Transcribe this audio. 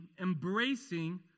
embracing